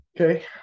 Okay